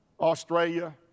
Australia